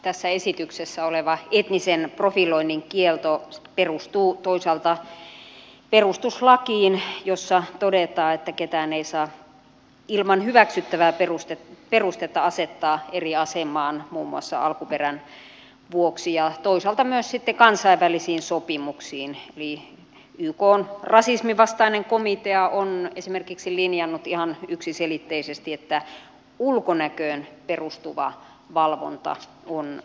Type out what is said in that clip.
tässä esityksessä oleva etnisen profiloinnin kielto perustuu toisaalta perustuslakiin jossa todetaan että ketään ei saa ilman hyväksyttävää perustetta asettaa eri asemaan muun muassa alkuperän vuoksi ja toisaalta myös sitten kansainvälisiin sopimuksiin eli ykn rasisminvastainen komitea on esimerkiksi linjannut ihan yksiselitteisesti että ulkonäköön perustuva valvonta on kiellettyä